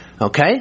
Okay